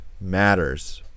matters